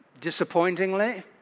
disappointingly